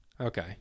Okay